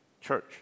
church